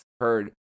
heard